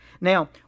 Now